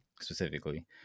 specifically